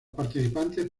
participantes